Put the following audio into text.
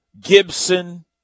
Gibson